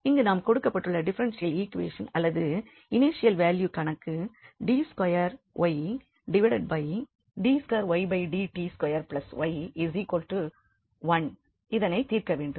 இங்கு நாம் கொடுக்கப்பட்டுள்ள டிஃபரென்ஷியல் ஈக்வெஷன் அல்லது இனிஷியல் வேல்யூ கணக்கு d2 y〖dt〗2 y1இதனைத் தீர்க்க வேண்டும்